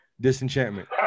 Disenchantment